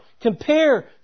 compare